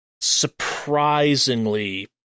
surprisingly